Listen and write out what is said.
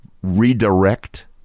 redirect